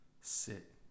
sit